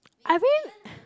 I mean